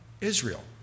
Israel